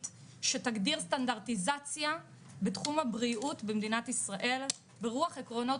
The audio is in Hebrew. שתגדיר סטנדרטיזציה בתחום הבריאות במדינת ישראל ברוח עקרונות